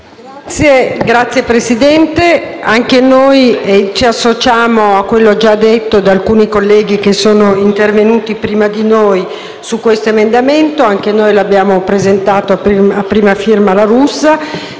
Signor Presidente, anche noi ci associamo a quanto già detto da alcuni colleghi intervenuti prima di noi su questo emendamento. Anche noi lo abbiamo presentato a prima firma del